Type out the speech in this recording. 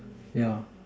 yeah